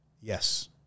Yes